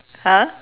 !huh!